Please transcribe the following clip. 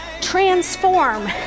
transform